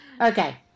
Okay